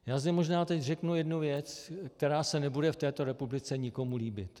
Já zde možná teď řeknu jednu věc, která se nebude v této republice nikomu líbit.